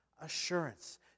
Assurance